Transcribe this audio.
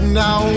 now